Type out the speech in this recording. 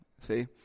See